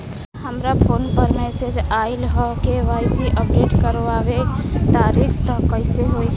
हमरा फोन पर मैसेज आइलह के.वाइ.सी अपडेट करवावे खातिर त कइसे होई?